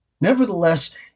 nevertheless